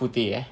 putih eh